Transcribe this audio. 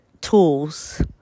tools